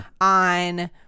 on